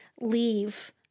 leave